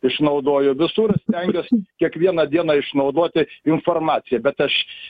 išnaudoju visur stengiuos kiekvieną dieną išnaudoti informaciją bet aš